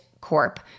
Corp